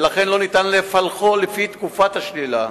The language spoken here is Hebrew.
ולכן לא ניתן לפלחו לפי תקופת השלילה,